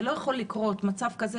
לא יכול להיות מצב כזה,